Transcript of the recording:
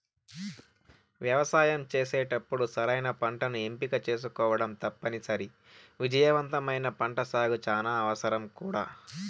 వ్యవసాయం చేసేటప్పుడు సరైన పంటను ఎంపిక చేసుకోవటం తప్పనిసరి, విజయవంతమైన పంటసాగుకు చానా అవసరం కూడా